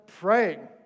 praying